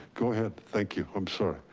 go ahead, thank you, i'm sorry.